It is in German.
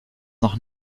noch